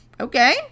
Okay